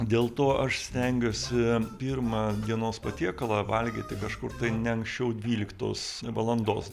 dėl to aš stengiuosi pirmą dienos patiekalą valgyti kažkur tai ne anksčiau dvyliktos valandos